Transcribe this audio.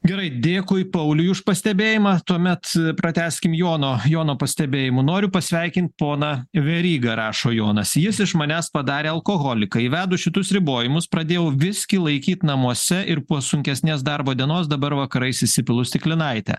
gerai dėkui pauliui už pastebėjimą tuomet pratęskim jono jono pastebėjimu noriu pasveikint poną verygą rašo jonas jis iš manęs padarė alkoholiką įvedus šitus ribojimus pradėjau viskį laikyt namuose ir po sunkesnės darbo dienos dabar vakarais įsipilu stiklinaitę